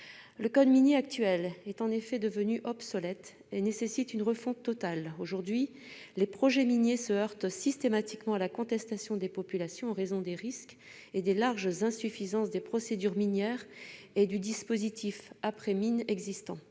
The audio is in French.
le code minier actuel nécessite en effet une refonte totale. Aujourd'hui, les projets miniers se heurtent systématiquement à la contestation des populations en raison des risques et des larges insuffisances des procédures minières et du dispositif après-mine existants.